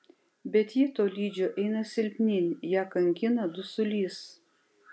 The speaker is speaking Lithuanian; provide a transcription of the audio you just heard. bet ji tolydžio eina silpnyn ją kankina dusulys